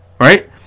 right